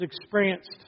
experienced